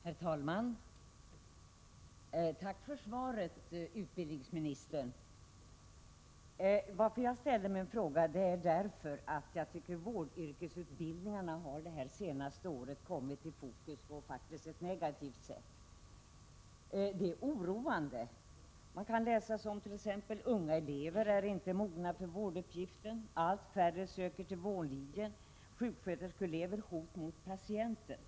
Herr talman! Tack för svaret, utbildningsministern. Jag ställde min fråga därför att jag tycker att vårdutbildningarna under det senaste året har kommit i fokus på ett negativt sätt. Det är oroande. Man kan läsa om att unga elever inte är mogna för vårduppgiften, att allt färre söker till vårdlinjen och att sjuksköterskor utgör ett hot mot patienter.